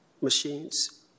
machines